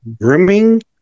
Grooming